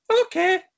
Okay